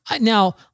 now